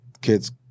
kids